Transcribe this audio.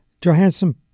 Johansson